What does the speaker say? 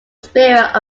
spirit